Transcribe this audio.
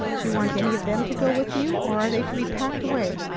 do you want any of them to go with you, or are they to be packed away?